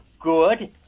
good